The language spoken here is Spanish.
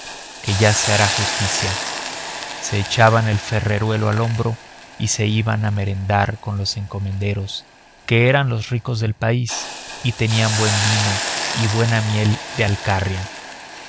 que ya se hará justicia se echaban el ferreruelo al hombro y se iban a merendar con los encomenderos que eran los ricos del país y tenían buen vino y buena miel de alcarria